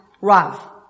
Rav